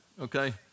okay